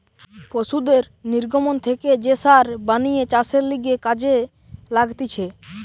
পশুদের নির্গমন থেকে যে সার বানিয়ে চাষের লিগে কাজে লাগতিছে